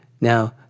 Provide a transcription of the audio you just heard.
Now